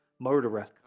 Murderer